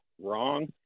wrong